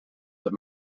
that